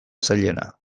zailena